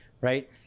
right